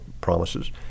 promises